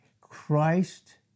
Christ